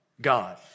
God